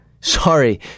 Sorry